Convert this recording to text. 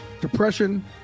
Depression